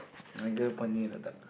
my girl pointing at the ducks